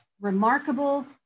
remarkable